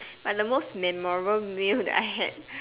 but the most memorable meal that I had